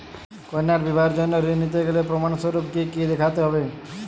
কন্যার বিবাহের জন্য ঋণ নিতে গেলে প্রমাণ স্বরূপ কী কী দেখাতে হবে?